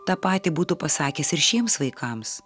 tą patį būtų pasakęs ir šiems vaikams